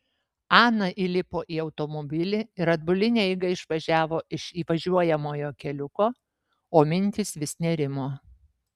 ana įlipo į automobilį ir atbuline eiga išvažiavo iš įvažiuojamojo keliuko o mintys vis nerimo